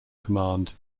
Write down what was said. command